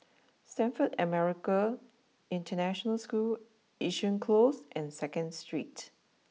Stamford American International School Yishun close and second Street